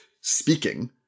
speaking